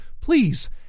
please